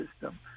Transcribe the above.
system